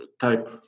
type